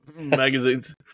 Magazines